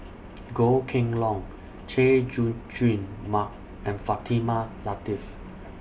Goh Kheng Long Chay Jung Jun Mark and Fatimah Lateef